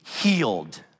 healed